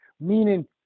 Meaning